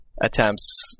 attempts